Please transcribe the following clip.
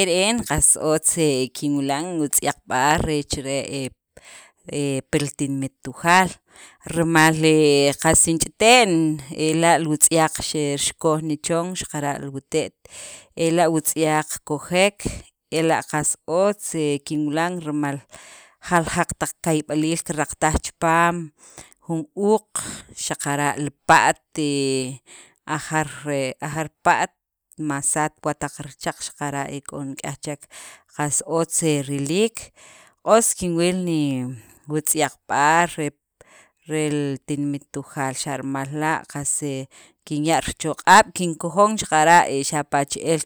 Ere'en qs otz he kinwilan wutzyaqb'al re chire' he pi li tinimet Tujaal rimal he qas in ch'ite'n ela' wutzyaq xerikoj nichon xaqara' wute't, ela' wutzyaq kojek, ela' qas otz he kinwilan rimal jaljaq taq kayb'aliil kiraqtaj chipaam, jun uuq xaqara' li pa't he ajar he ajar pa't masaat wa taq richaq, xaqara' e k'o nik'yaj chek qas otz he riliik, q'os kinwil ni wutzyqb'al re p rel tinimet Tujaal, xa' rimal la' qas he kinya' richoq'ab', kinkojon xaqara' xapa 'che'el